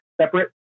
separate